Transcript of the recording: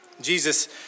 Jesus